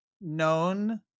known